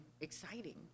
exciting